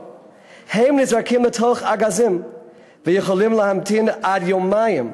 נזרקים לתוך ארגזים ויכולים להמתין עד יומיים,